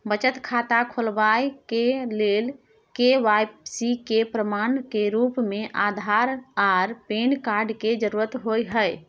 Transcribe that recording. बचत खाता खोलाबय के लेल के.वाइ.सी के प्रमाण के रूप में आधार आर पैन कार्ड के जरुरत होय हय